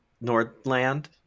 Nordland